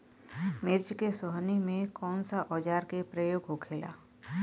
मिर्च के सोहनी में कौन सा औजार के प्रयोग होखेला?